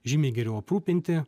žymiai geriau aprūpinti